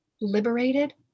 liberated